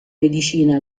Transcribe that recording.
medicina